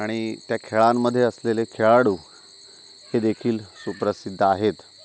आणि त्या खेळांमध्ये असलेले खेळाडू हे देखील सुप्रसिद्ध आहेत